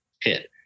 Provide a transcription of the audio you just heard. pit